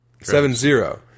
Seven-zero